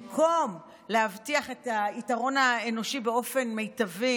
במקום להבטיח את היתרון האנושי באופן מיטבי,